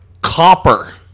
Copper